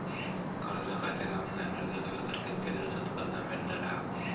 कर्जा खातीत ऑनलाईन अर्ज केलो तर कितक्या दिवसात कर्ज मेलतला?